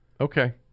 Okay